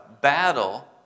battle